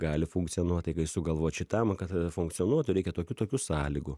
gali funkcionuot tai kai sugalvot šitam kad funkcionuotų reikia tokių tokių sąlygų